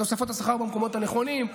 תוספות שכר במקומות הנכונים,